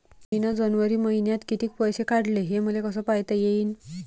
मिन जनवरी मईन्यात कितीक पैसे काढले, हे मले कस पायता येईन?